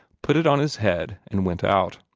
put it on his head, and went out.